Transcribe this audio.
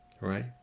right